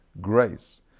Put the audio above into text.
grace